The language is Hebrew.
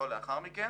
לא לאחר מכן.